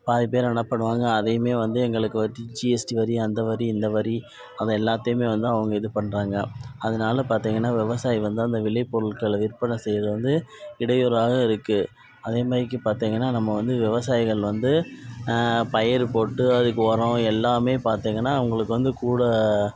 பாதி பேர் என்ன பண்ணுவாங்க அதையுமே வந்து எங்களுக்கு வச் ஜிஎஸ்டி வரி அந்த வரி இந்த வரி அது எல்லாத்தையுமே வந்து அவங்க இது பண்றாங்க அதனால் பார்த்திங்கனா விவசாயி வந்து அந்த விளைப்பொருட்களை விற்பனை செய்யுறது வந்து இடையூறாக இருக்குது அதேமாரிக்கு பார்த்திங்கனா நம்ம வந்து விவசாயிகள் வந்து பயிர் போட்டு அதுக்கு உரம் எல்லாமே பார்த்திங்கனா உங்களுக்கு வந்து கூட